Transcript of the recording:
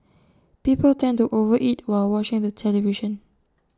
people tend to over eat while watching the television